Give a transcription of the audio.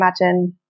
imagine